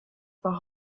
war